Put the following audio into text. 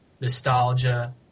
nostalgia